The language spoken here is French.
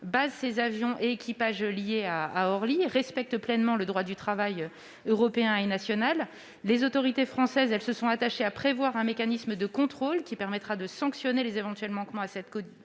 ses avions et les équipages qui leur sont liés à Orly et respecte pleinement le droit du travail européen et national. Les autorités françaises se sont d'ailleurs attachées à prévoir un mécanisme de contrôle qui permettra de sanctionner les éventuels manquements à cette